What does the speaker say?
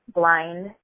blind